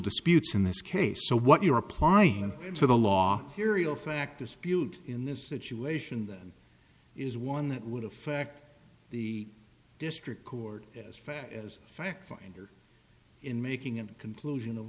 disputes in this case so what you're applying to the law serial fact dispute in this situation is one that would affect the district court as fast as factfinder in making a conclusion of